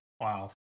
Wow